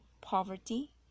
poverty